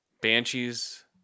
banshees